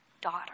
Daughter